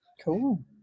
Cool